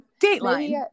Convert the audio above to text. Dateline